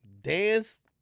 dance